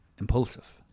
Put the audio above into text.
impulsive